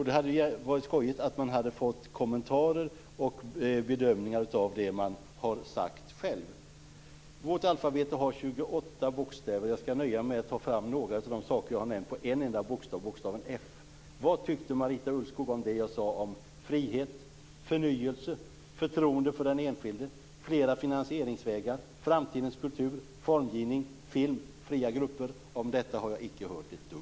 Det hade varit skojigt om man hade fått kommentarer och bedömningar av det man har sagt själv. Vårt alfabet har 28 bokstäver. Jag ska nöja med att ta fram några av de saker som jag nämnt på en enda bokstav, bokstaven F. Vad tyckte Marita Ulvskog om det jag sade om frihet, förnyelse, förtroende för den enskilde, flera finansieringsvägar, framtidens kultur, fondgivning, film, fria grupper? Om detta har jag icke hört ett dugg!